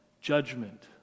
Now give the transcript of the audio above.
judgment